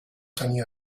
tenia